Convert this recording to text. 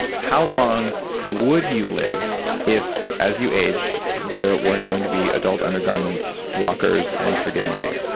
how long would you live if as you aged, there weren't going to be adult undergarments, walkers, and forgetting your name?